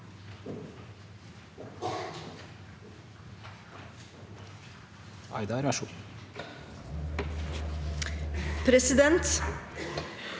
Presidenten